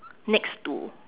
next to